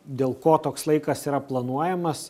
dėl ko toks laikas yra planuojamas